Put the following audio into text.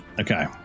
Okay